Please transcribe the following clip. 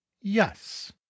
Yes